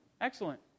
Excellent